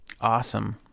Awesome